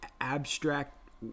abstract